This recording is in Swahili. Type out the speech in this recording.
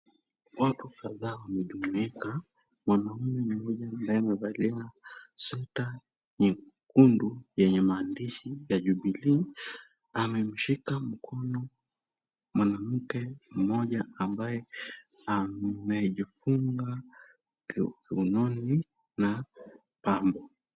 Watu kadhaa wamejumuika. Mwanaume mmoja ambaye amevalia sweta nyekundu yenye maandishi ya Jubilee, amemshika mkono mwanamke mmoja ambaye amejifunga kiunoni na pambo.